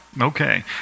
Okay